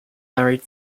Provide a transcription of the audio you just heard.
married